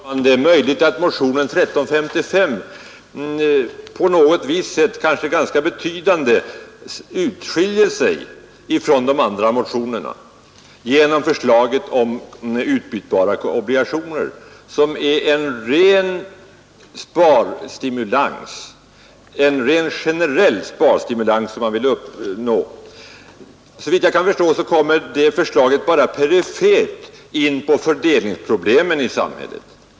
Herr talman! Det är möjligt att motionen 1355 skiljer sig från de andra motionerna genom förslaget om utbytbara obligationer, som syftar till att uppnå en rent generell sparstimulans. Såvitt jag kan förstå berör det förslaget bara perifert fördelningsproblemen i samhället.